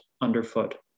underfoot